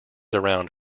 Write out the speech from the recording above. around